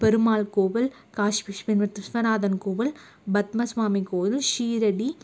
பெருமாள் கோவில் காசி விஸ்வமூர்த்தி விஸ்வநாதன் கோவில் பத்ம ஸ்வாமி கோவில் சீரடி